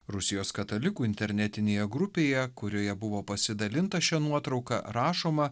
rusijos katalikų internetinėje grupėje kurioje buvo pasidalinta šia nuotrauka rašoma